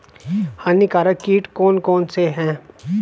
हानिकारक कीट कौन कौन से हैं?